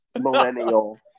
millennial